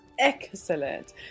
Excellent